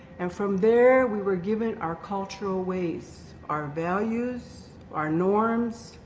and from there we were given our cultural ways, our values, our norms,